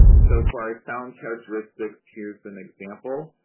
so, for our sound characteristics, here's an example.